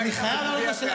שאלה מצוינת.